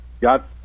got